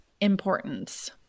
importance